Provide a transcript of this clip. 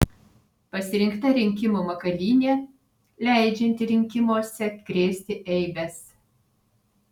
pasirinkta rinkimų makalynė leidžianti rinkimuose krėsti eibes